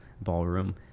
ballroom